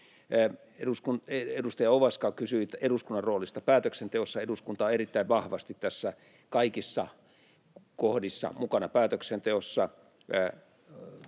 Edustaja Ovaska kysyi eduskunnan roolista päätöksenteossa. Eduskunta on erittäin vahvasti kaikissa kohdissa mukana päätöksenteossa.